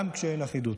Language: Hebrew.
גם כשאין אחידות.